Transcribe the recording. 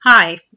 Hi